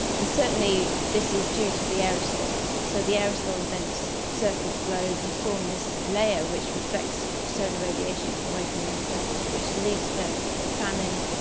and certainly this is due to the aerosols. so the aerosols then so circle the globe and form this layer which reflects solar radiation away from the earth's ah surface which leads to famine,